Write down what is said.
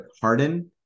Harden